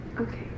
Okay